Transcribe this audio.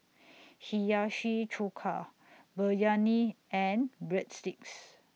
Hiyashi Chuka Biryani and Breadsticks